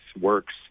Works